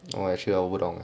actually 我也不懂